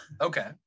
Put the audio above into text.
Okay